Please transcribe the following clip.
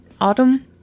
Autumn